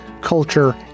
culture